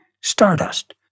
stardust